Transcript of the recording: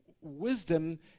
wisdom